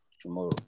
tomorrow